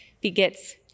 begets